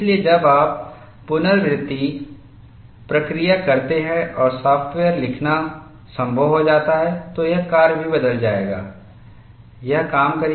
इसलिए जब आप पुनरावृत्ति प्रक्रिया करते हैं और सॉफ़्टवेयरलिखना संभव हो जाता है तो यह कार्य भी बदल जाएगा यह काम करो